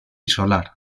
solar